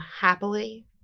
happily